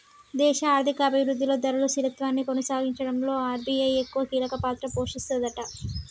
దేశ ఆర్థిక అభివృద్ధిలో ధరలు స్థిరత్వాన్ని కొనసాగించడంలో ఆర్.బి.ఐ ఎక్కువ కీలక పాత్ర పోషిస్తదట